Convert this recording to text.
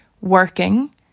working